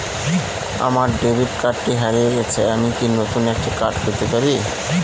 আমার ডেবিট কার্ডটি হারিয়ে গেছে আমি কি নতুন একটি কার্ড পেতে পারি?